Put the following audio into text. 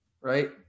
right